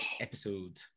episode